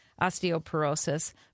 osteoporosis